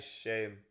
shame